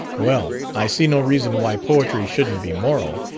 well, i see no reason why poetry shouldn't be moral.